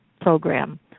program